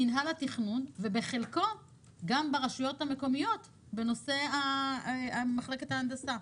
מינהל התכנון ובחלקו גם ברשויות המקומיות בנושא מחלקת ההנדסה.